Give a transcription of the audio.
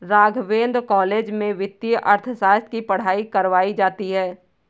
Raghavendra college में वित्तीय अर्थशास्त्र की पढ़ाई करवायी जाती है